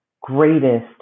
greatest